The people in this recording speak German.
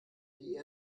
die